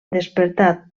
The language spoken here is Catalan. despertar